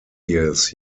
years